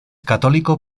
católico